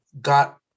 got